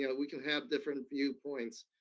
yeah we can have different viewpoints.